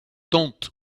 don’t